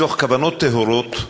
מתוך כוונות טהורות,